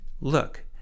Look